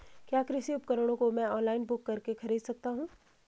क्या कृषि उपकरणों को मैं ऑनलाइन बुक करके खरीद सकता हूँ?